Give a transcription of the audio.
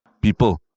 people